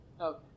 Okay